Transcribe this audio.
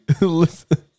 listen